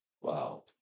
Wow